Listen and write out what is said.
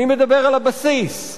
אני מדבר על הבסיס.